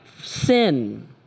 sin